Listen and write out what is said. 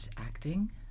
acting